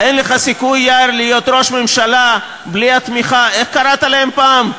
להיות ראש ממשלה בלי התמיכה, איך קראת להם פעם?